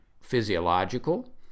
physiological